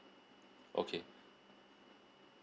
okay